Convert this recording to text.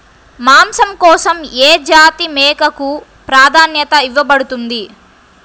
మాంసం కోసం ఏ జాతి మేకకు ప్రాధాన్యత ఇవ్వబడుతుంది?